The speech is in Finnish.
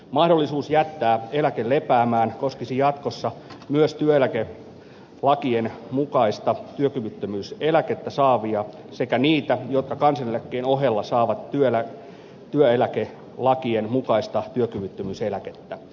mahdollisuus jättää eläke lepäämään koskisi jatkossa myös työeläkelakien mukaista työkyvyttömyyseläkettä saavia sekä niitä jotka kansaneläkkeen ohella saavat työeläkelakien mukaista työkyvyttömyyseläkettä